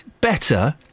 better